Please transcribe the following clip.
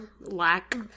lack